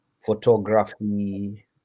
photography